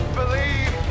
believe